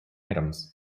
items